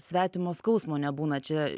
svetimo skausmo nebūna čia